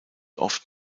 oft